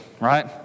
Right